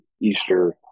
Easter